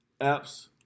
apps